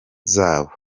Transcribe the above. zabo